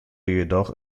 jedoch